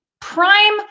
prime